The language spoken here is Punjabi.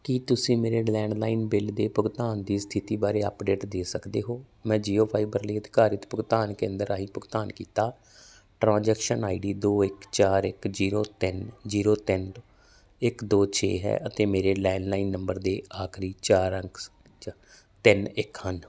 ਕੀ ਤੁਸੀਂ ਮੇਰੇ ਲੈਂਡਲਾਈਨ ਬਿੱਲ ਦੇ ਭੁਗਤਾਨ ਦੀ ਸਥਿਤੀ ਬਾਰੇ ਅੱਪਡੇਟ ਦੇ ਸਕਦੇ ਹੋ ਮੈਂ ਜੀਓ ਫਾਈਬਰ ਲਈ ਅਧਿਕਾਰਿਤ ਭੁਗਤਾਨ ਕੇਂਦਰ ਰਾਹੀਂ ਭੁਗਤਾਨ ਕੀਤਾ ਟ੍ਰਾਂਜੈਕਸ਼ਨ ਆਈਡੀ ਦੋ ਇੱਕ ਚਾਰ ਇੱਕ ਜ਼ੀਰੋ ਤਿੰਨ ਜ਼ੀਰੋ ਤਿੰਨ ਇੱਕ ਦੋ ਛੇ ਹੈ ਅਤੇ ਮੇਰੇ ਲੈਂਡਲਾਈਨ ਨੰਬਰ ਦੇ ਆਖਰੀ ਚਾਰ ਅੰਕ ਤਿੰਨ ਇੱਕ ਹਨ